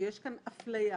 שיש כאן אפליה